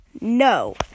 no